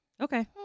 Okay